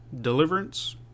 Deliverance